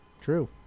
True